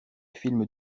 film